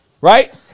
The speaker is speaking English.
Right